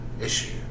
issue